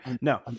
no